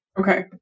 Okay